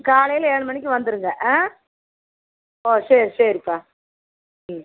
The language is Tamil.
காலையில் ஏழு மணிக்கு வந்துடுங்க ம் ஓ சரி சரிப்பா ம்